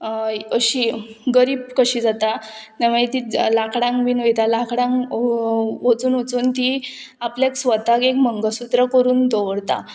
अशी गरीब कशी जाता मागीर ती लांकडांक बीन वयता लांकडांक वचून वचून ती आपल्याक स्वताक एक मंगळसूत्र करून दवरता